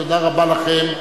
תודה רבה לכם.